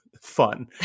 fun